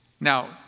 Now